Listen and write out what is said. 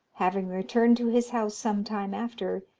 having returned to his house some time after,